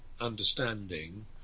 understanding